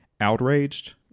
outraged